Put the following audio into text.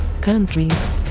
countries